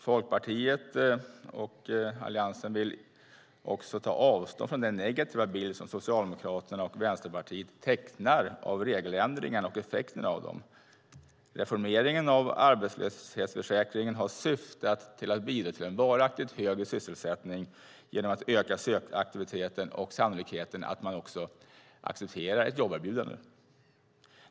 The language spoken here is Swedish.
Folkpartiet och Alliansen vill ta avstånd från den negativa bild som Socialdemokraterna och Vänsterpartiet tecknar av regeländringarna och effekten av dem. Reformeringen av arbetslöshetsförsäkringen har till syfte att bidra till en varaktigt hög sysselsättning genom att öka sökaktiviteten och sannolikheten att man accepterar ett jobberbjudande.